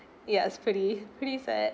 yeah it's pretty pretty sad